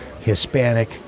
hispanic